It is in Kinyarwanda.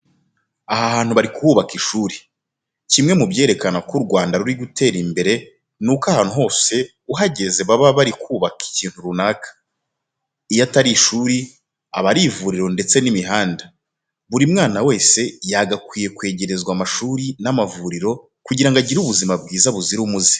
Aha hantu bari kuhubaka ishuri. Kimwe mu byerekana ko u Rwanda ruri gutera imbere ni uko ahantu hose ugeze baba bari kubaka ikintu runaka. Iyo atari ishuri aba ari ivuriro ndetse n'imihanda. Buri mwana wese yagakwiye kwegerezwa amashuri n'amavuriro kugira agire ubuzima bwiza buzira umuze.